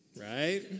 right